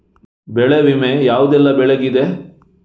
ಬೆಳೆ ವಿಮೆ ಯಾವುದೆಲ್ಲ ಬೆಳೆಗಿದೆ?